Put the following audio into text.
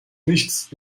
nichts